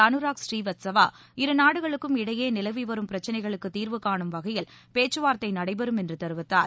அனராக் ஸ்ரீவத்ஸவா இருநாடுகளுக்கும் இடையே நிலவி வரும் பிரச்சினைகளுக்கு தீர்வு கானும் வகையில் பேச்சுவார்த்தை நடைபெறும் என்று தெரிவித்தார்